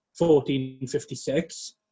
1456